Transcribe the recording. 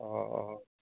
অঁ অঁ